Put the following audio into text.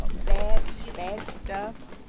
but bad, bad stuff,